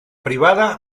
privada